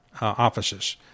offices